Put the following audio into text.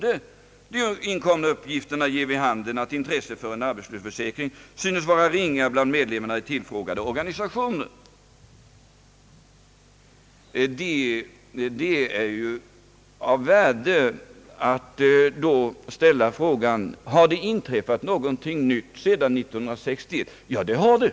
Den sade nämligen: »De inkomna uppgifterna ger vid handen, att intresset för en arbetslöshetsförsäkring synes vara ringa bland medlemmarna i tillfrågade organisationer.» Det är då av värde att ställa frågan: Har det inträffat något nytt sedan 1961? Ja, det har det!